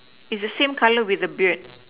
is the same color with the beard